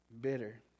bitter